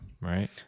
right